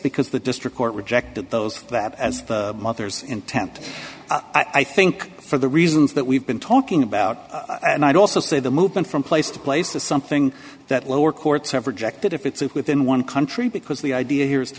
because the district court rejected those that as mothers intent i think for the reasons that we've been talking about and i'd also say the movement from place to place is something that lower courts have rejected if it's within one country because the idea here is to